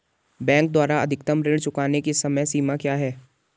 Bank द्वारा अधिकतम ऋण चुकाने की समय सीमा क्या है?